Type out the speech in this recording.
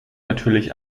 natürlich